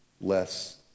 less